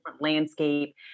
landscape